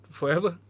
forever